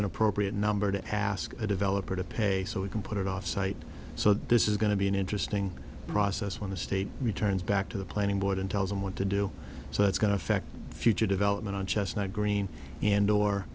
an appropriate number to ask a developer to pay so we can put it off site so this is going to be an interesting process when the state returns back to the planning board and tells them what to do so that's going to affect future development on chestnut green and or